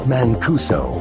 Mancuso